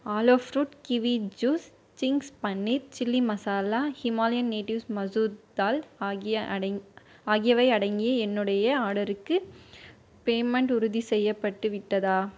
ஆலோ fruit kiwi juice சிங்க்ஸ் paneer chilli masala Himalayan natives masoor dal ஆகிய அடங் ஆகியவை அடங்கிய என்னுடைய ஆர்டர்க்கு பேமெண்ட் உறுதிசெய்யப்பட்டு விட்டதா